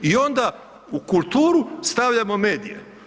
I onda u kulturu stavljamo medije.